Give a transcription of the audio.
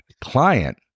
client